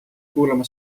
kuulama